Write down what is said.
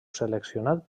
seleccionat